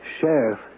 Sheriff